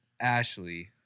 ashley